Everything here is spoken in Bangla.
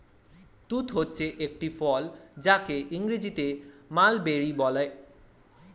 তুঁত হচ্ছে একটি ফল যাকে ইংরেজিতে মালবেরি বলে